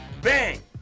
bang